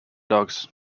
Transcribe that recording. dogs